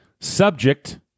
Subject